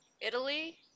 Italy